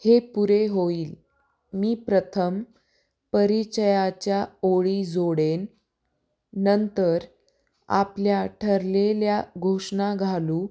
हे पुरे होईल मी प्रथम परिचयाच्या ओळी जोडेन नंतर आपल्या ठरलेल्या घोषणा घालू